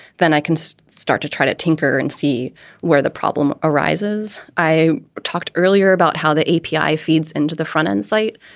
then i can start to try to tinker and see where the problem arises. i talked earlier about how the api feeds into the front end site.